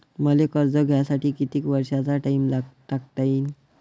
मले कर्ज घ्यासाठी कितीक वर्षाचा टाइम टाकता येईन?